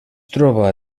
troba